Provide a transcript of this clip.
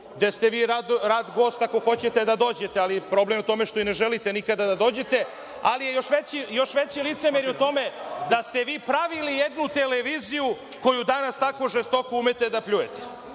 gde ste vi rad gost ako hoćete da dođete, ali problem je u tome što i ne želite nikada da dođete. Ali, još veće licemerje je u tome da ste vi pravili jednu televiziju koju danas tako žestoko umete da pljujete.